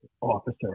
officer